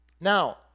Now